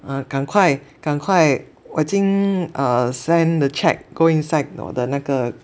err 赶快赶快我已经 err send the cheque go inside 我的那个